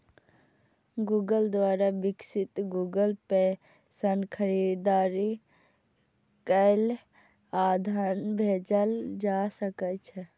Google द्वारा विकसित Google Pay सं खरीदारी कैल आ धन भेजल जा सकै छै